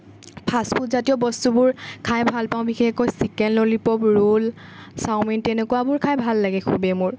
fast food জাতীয় বস্তুবোৰ খাই ভাল পাওঁ বিশেষকৈ চিকেন ললিপপ ৰ'ল চাওমিন তেনেকুৱাবোৰ খাই ভাল লাগে খুবেই মোৰ